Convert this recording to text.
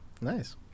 Nice